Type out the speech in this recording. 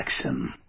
action